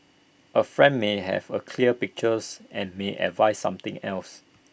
A friend may have A clear pictures and may advise something else